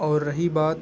اور رہی بات